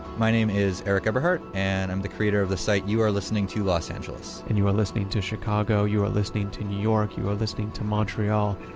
my name is eric eberhardt and i am the creator of the site you are listening to los angeles. and you are listening to chicago, you are listening to new york, you are listening to montreal,